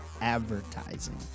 advertising